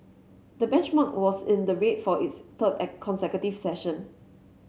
the benchmark was in the red for its third at consecutive session